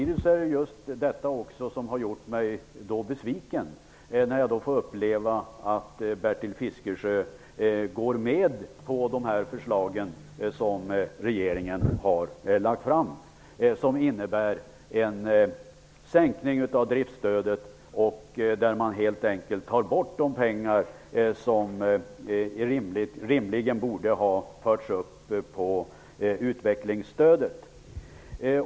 Det är just det som gör att jag blir besviken när jag får uppleva att Bertil Fiskesjö går med på de förslag regeringen har lagt fram. De innebär en sänkning ev driftsstödet. Man tar helt enkelt bort de pengar som rimligen borde ha betraktats som utvecklingsstöd.